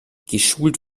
geschult